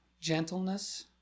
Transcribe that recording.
gentleness